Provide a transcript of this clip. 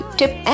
tip